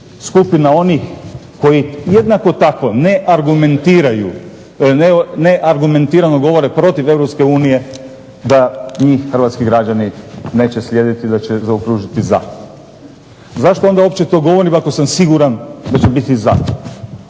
skupina onih koji jednako tako neargumentirano govore protiv Europske unije da njih građani neće slijediti, da će zaokružiti "za". Zašto onda uopće to govorim ako sam siguran da će biti "za"?